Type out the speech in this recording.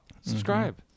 Subscribe